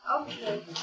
Okay